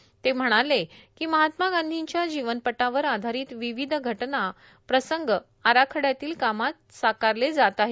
म्नगंटीवार म्हणालेए महात्मा गांधींच्या जीवनपटावर आधारित विविध घटना प्रसंग आराखड्यातील कामात साकारले जात आहेत